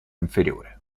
inferiore